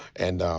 and,